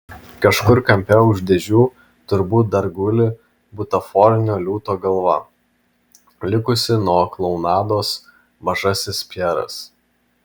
kažkur kampe už dėžių turbūt dar guli butaforinio liūto galva likusi nuo klounados mažasis pjeras